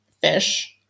fish